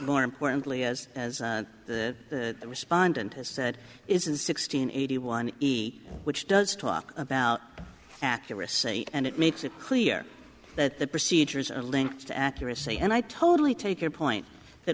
more importantly as as the respondent has said is a sixteen eighty one which does talk about accuracy and it makes it clear that the procedures are linked to accuracy and i totally take your point that